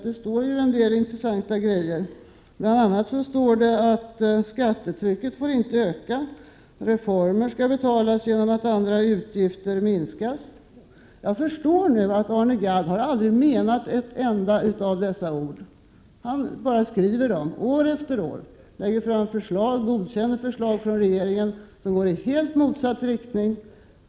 Det står en del intressanta saker där, bl.a. att skattetrycket inte får öka och att reformer skall betalas genom att andra utgifter minskas. Jag förstår att Arne Gadd aldrig menat ett enda av dessa ord. Han skriver dem år efter år, samtidigt som han godkänner förslag från regeringen och lägger fram förslag som går i helt motsatt riktning.